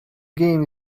game